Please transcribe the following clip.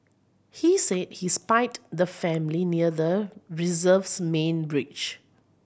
he said he spied the family near the reserve's main bridge